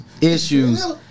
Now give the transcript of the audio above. Issues